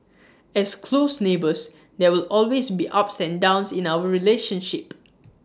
as close neighbours there will always be ups and downs in our relationship